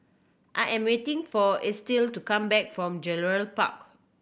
I am waiting for Estill to come back from Gerald Park